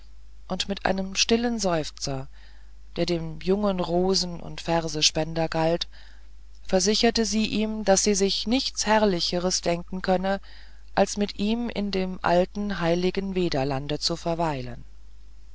und mit einem stillen seufzer der dem jungen rosen und versespender galt versicherte sie ihm daß sie sich nichts herrlicheres denken könnte als mit ihm in dem alten heiligen vedalande zu verweilen